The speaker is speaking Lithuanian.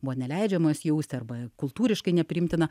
buvo neleidžiamas jausti arba kultūriškai nepriimtina